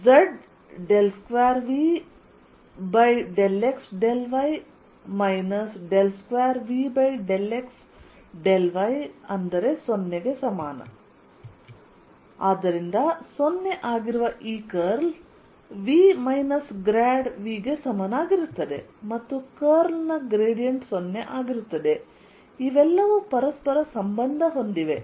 x∂xy∂yz∂z×x∂V∂xy∂V∂yz∂V∂z z component z2V∂x∂y 2V∂x∂y0 ಆದ್ದರಿಂದ 0 ಆಗಿರುವ ಈ curl V minus grad V ಗೆ ಸಮನಾಗಿರುತ್ತದೆ ಮತ್ತು ಕರ್ಲ್ ನ ಗ್ರೇಡಿಯಂಟ್ 0 ಆಗಿರುತ್ತದೆ ಇವೆಲ್ಲವೂ ಪರಸ್ಪರ ಸಂಬಂಧ ಹೊಂದಿವೆ